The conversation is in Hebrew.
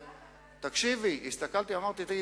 ואמרתי: תגיד,